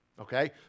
Okay